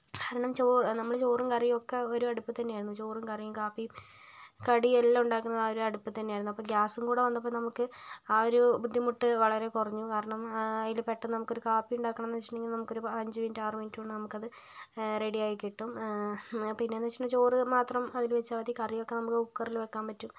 നമ്മള് ചോറും കറിയും ഒക്കെ ഒരടുപ്പത് തന്നെ ആയിരുന്നു ചോറും കറിയും കാപ്പിയും കടി എല്ലാം ഉണ്ടാക്കുന്നത് ആ ഒരടുപ്പത്ത് തന്നെ ആയിരുന്നു അപ്പം ഗ്യാസും കൂടെ വന്നപ്പോൾ നമുക്ക് ആ ഒരു ബുദ്ധിമുട്ട് വളരെ കുറഞ്ഞു കാരണം അതില് പെട്ടെന്ന് നമുക്ക് ഒരു കാപ്പി ഉണ്ടാക്കണം എന്ന് വെച്ചിട്ടുണ്ടെങ്കില് നമുക്കൊരു അഞ്ച് മിനിറ്റ് ആറ് മിനിറ്റുകൊണ്ട് നമുക്ക് അത് റെഡി ആയികിട്ടും പിന്നെ എന്ന് വെച്ചിട്ടുണ്ടെങ്കില് ചോറ് മാത്രം അതില് വെച്ചാൽ മതി കറി ഒക്കെ നമുക്ക് കുക്കറിൽ വെക്കാൻ പറ്റും